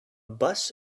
bus